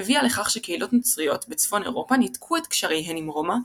הביאה לכך שקהילות נוצריות בצפון אירופה ניתקו את קשריהן עם רומא,